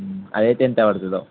అదైతే ఎంత పడుతుందో